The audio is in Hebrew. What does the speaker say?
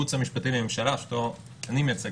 הייעוץ המשפטי לממשלה שאותו אני מייצג